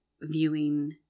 viewing